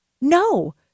No